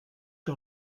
que